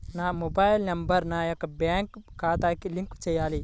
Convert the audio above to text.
నా mobile number నా యొక్క బ్యాంక్ ఖాతాకి లింక్ చేయండీ?